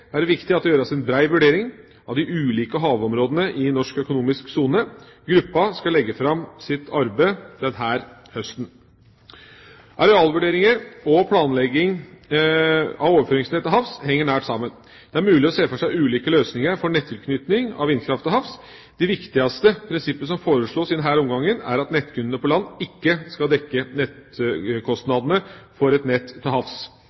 er det viktig at det gjøres en bred vurdering av de ulike havområdene i norsk økonomisk sone. Gruppen skal legge fram sitt arbeid denne høsten. Arealvurderinger for havvind og planlegging av overføringsnett til havs henger nært sammen. Det er mulig å se for seg ulike løsninger for nettilknytning av vindkraft til havs. Det viktigste prinsippet som foreslås i denne omgangen, er at nettkundene på land ikke skal dekke kostnadene for et overføringsnett til havs.